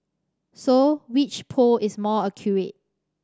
so which poll is more accurate